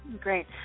Great